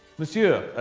monsieur.